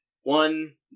one